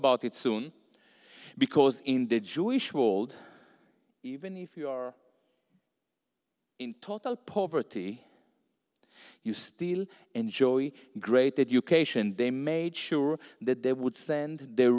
about it soon because in the jewish world even if you are in total poverty you still enjoy great education they made sure that they would send their